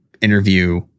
interview